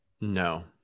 No